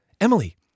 Emily